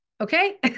Okay